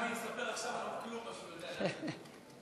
הוא יספר עכשיו על המקלובה שהוא יודע להכין.